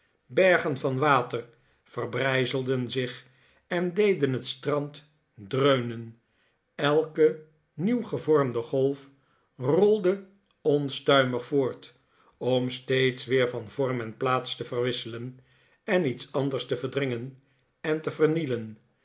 bergen van water verbrijzelden zich en deden het strand dreunen elke nieuw gevormde golf rolde omstuimig voort om steeds weer van vorm en plaats te verwisselen en iets anders te verdringen en te vernielen